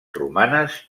romanes